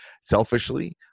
selfishly